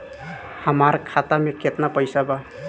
हमार खाता मे केतना पैसा बा?